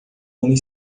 homem